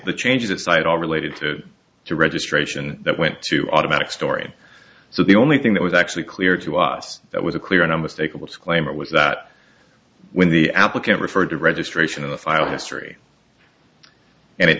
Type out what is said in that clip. the changes at site all related to the registration that went to automatic story so the only thing that was actually clear to us that was a clear and unmistakable disclaimer was that when the applicant referred to registration in the file history and it